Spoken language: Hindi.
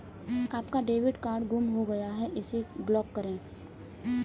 आपका डेबिट कार्ड गुम हो गया है इसे ब्लॉक करें